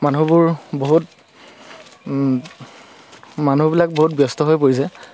মানুহবোৰ বহুত মানুহবিলাক বহুত ব্যস্ত হৈ পৰিছে